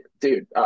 dude